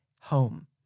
home